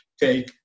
take